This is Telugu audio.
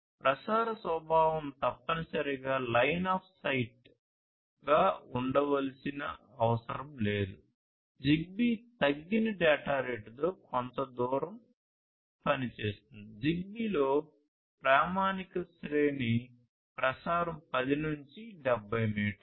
ప్రసార స్వభావం తప్పనిసరిగా లైన్ ఆఫ్ sight ప్రసారం 10 నుండి 70 మీటర్లు